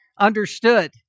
understood